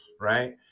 Right